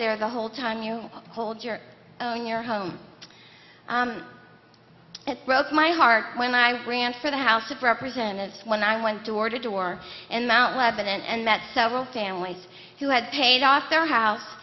there the whole time you hold your own your home it broke my heart when i ran for the house of representatives when i went door to door in mount lebanon and met several families who had paid off their house